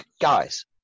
Guys